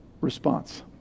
response